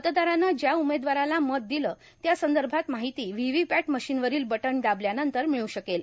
मतदारानं ज्या उमेदवाराला मत दिलं त्या संदभात मार्हिती व्होव्होपॅट र्माशनवरोल बटन दाबल्यानंतर मिळू शकेल